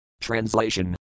Translation